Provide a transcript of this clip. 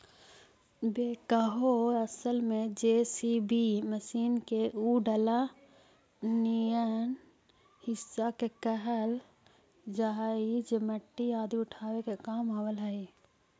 backhoe असल में JCB machine के उ डला निअन हिस्सा के कहल जा हई जे मट्टी आदि उठावे के काम आवऽ हई